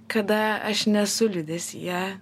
kada aš nesu liūdesyje